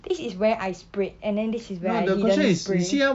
this is where I sprayed and then this is where I didn't spray